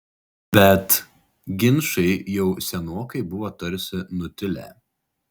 bet ginčai jau senokai buvo tarsi nutilę